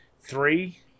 three